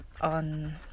on